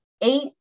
eight